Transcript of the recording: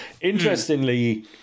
interestingly